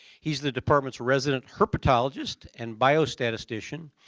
he's the department's resident herpetologist and biostatistician.